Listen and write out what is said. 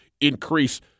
increase